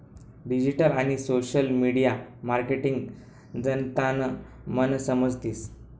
digital आणि social media marketing जनतानं मन समजतीस